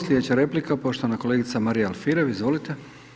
Slijedeća replika poštovana kolegica Marija Alfirev, izvolite.